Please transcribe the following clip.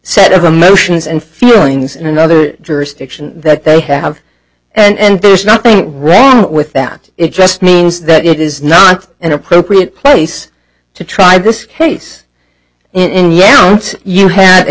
set of emotions and feelings in another jurisdiction that they have and there's nothing wrong with that it just means that it is not an appropriate place to try this case in yes you ha